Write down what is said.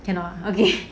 cannot okay